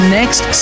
next